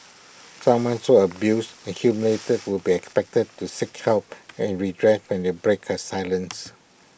someone so abused and humiliated would be expected to seek help and redress when they breaks her silence